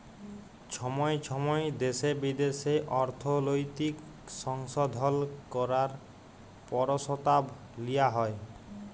ছময় ছময় দ্যাশে বিদ্যাশে অর্থলৈতিক সংশধল ক্যরার পরসতাব লিয়া হ্যয়